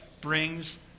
brings